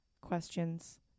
questions